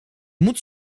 moet